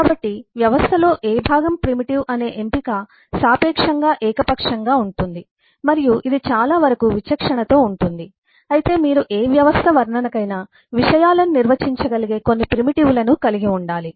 కాబట్టి వ్యవస్థలో ఏ భాగం ప్రిమిటివ్ అనే ఎంపిక సాపేక్షంగా ఏకపక్షంగా ఉంటుంది మరియు ఇది చాలావరకు విచక్షణతో ఉంటుంది అయితే మీరు ఏ వ్యవస్థ వర్ణనకైనా విషయాలను నిర్వచించగలిగే కొన్ని ప్రిమిటివ్ లను కలిగి ఉండాలి